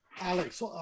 Alex